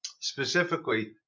specifically